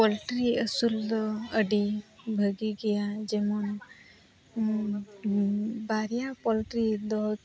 ᱟᱹᱥᱩᱞ ᱫᱚ ᱟᱹᱰᱤ ᱵᱷᱟᱜᱮ ᱜᱮᱭᱟ ᱡᱮᱢᱚᱱ ᱵᱟᱨᱭᱟ ᱫᱚ